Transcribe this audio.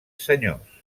senyors